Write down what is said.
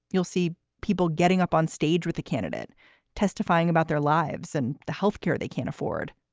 you'll see people getting up on stage with the candidate testifying about their lives and the health care they can't afford.